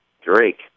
Drake